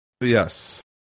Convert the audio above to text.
Yes